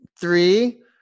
three